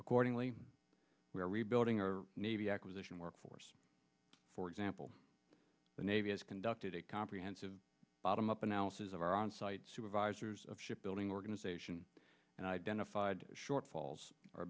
accordingly we're rebuilding our navy and workforce for example the navy has conducted a comprehensive bottom up analysis of our onsite supervisors of ship building organization and identified shortfalls are